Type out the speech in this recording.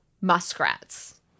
muskrats